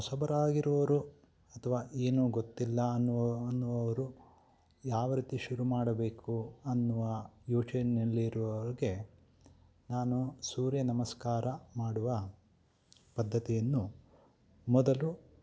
ಹೊಸಬರಾಗಿರೋರು ಅಥವಾ ಏನು ಗೊತ್ತಿಲ್ಲ ಅನ್ನುವ ಅನ್ನುವವರು ಯಾವ ರೀತಿ ಶುರು ಮಾಡಬೇಕು ಅನ್ನುವ ಯೋಚನೆಯಲ್ಲಿರುವವರಿಗೆ ನಾನು ಸೂರ್ಯ ನಮಸ್ಕಾರ ಮಾಡುವ ಪದ್ಧತಿಯನ್ನು ಮೊದಲು